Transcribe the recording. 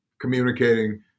communicating